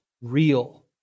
real